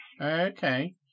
Okay